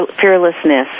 Fearlessness